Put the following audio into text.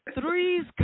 Three's